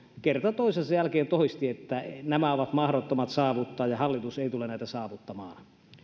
kerta toisensa jälkeen toisti että nämä ovat mahdottomat saavuttaa ja hallitus ei tule näitä saavuttamaan